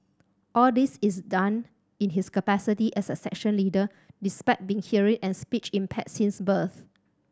all this is done in his capacity as a section leader despite being hearing and speech impaired since birth